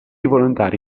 volontari